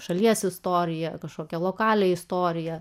šalies istoriją kažkokią lokalią istoriją